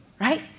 right